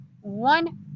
one